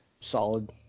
Solid